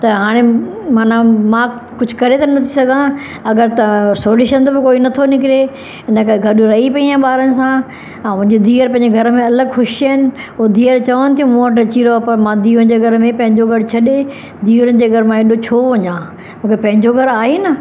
त हाणे माना मां कुझु करे त नथी सघां अगरि त सोल्यूशन त बि कोई नथो निकिरे इन करे गॾु रही पई आहियां ॿारनि सां अऊं मुंजी धीअरि पेंजे घर में अलॻि ख़ुशि आहिनि पोइ धीअरि चवनि थीयुं मुं वटि अची रहो पर मां धीउन जे घर में पेंजो घर छ्ॾे धीअरुनि जे घर मां हेॾो छो वञा मुखे पंहिंजो घरु आहे न